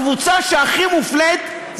הקבוצה שהכי מופלית,